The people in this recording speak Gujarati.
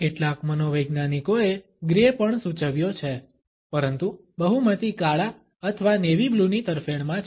કેટલાક મનોવૈજ્ઞાનિકોએ ગ્રે પણ સૂચવ્યો છે પરંતુ બહુમતી કાળા અથવા નેવી બ્લુની તરફેણમાં છે